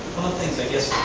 things i guess